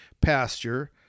pasture